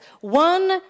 one